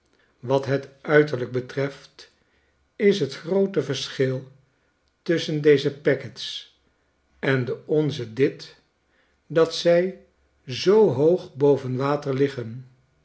wat het uiterlijk betreft is het groote verschil tusschen deze packets en de onze dit dat zij zoo hoog boven water liggen